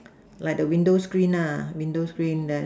like the window screen lah the window screen then